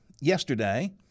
Yesterday